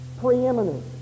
preeminent